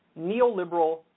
neoliberal